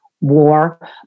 war